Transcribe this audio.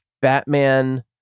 Batman